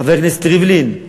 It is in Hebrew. חבר הכנסת ריבלין,